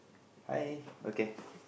hi okay